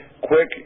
quick